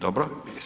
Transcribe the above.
Dobro.